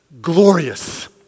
glorious